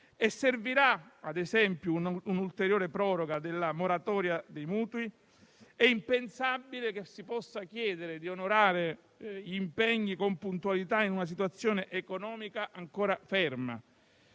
servirà, ad esempio, un'ulteriore proroga della moratoria dei mutui. È impensabile che si possa chiedere di onorare gli impegni con puntualità in una situazione economica ancora ferma.